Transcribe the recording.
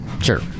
Sure